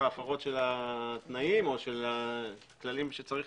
הפרות של התנאים או של הכללים שצריך